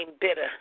bitter